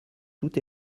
tout